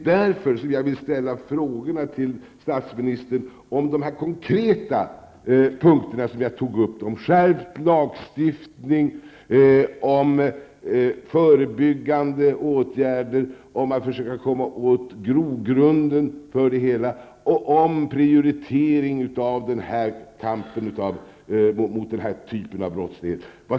Därför ställde jag till statsministern mina frågor om skärpt lagstiftning, förebyggande åtgärder för att komma åt grunden till det hela samt en prioritering av kampen mot denna typ av brottslighet.